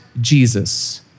Jesus